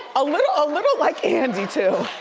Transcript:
ah little ah little like andy too.